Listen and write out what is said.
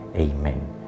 Amen